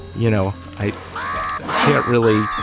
you know, i can't really.